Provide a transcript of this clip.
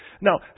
Now